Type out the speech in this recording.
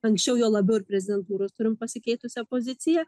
anksčiau juo labiau ir prezidentūros turim pasikeitusią poziciją